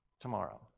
tomorrow